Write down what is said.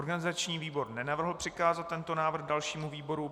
Organizační výbor nenavrhl přikázat tento návrh dalšímu výboru.